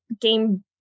game